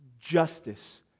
justice